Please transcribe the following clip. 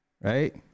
right